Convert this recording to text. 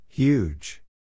Huge